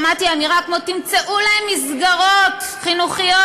שמעתי אמירה כמו "תמצאו להם מסגרות חינוכיות",